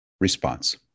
response